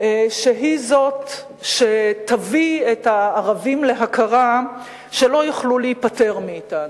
שהיא שתביא את הערבים להכרה שלא יוכלו להיפטר מאתנו,